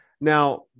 Now